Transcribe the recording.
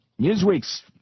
Newsweek's